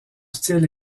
style